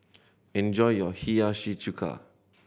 enjoy your Hiyashi Chuka